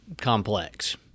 complex